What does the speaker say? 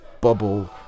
bubble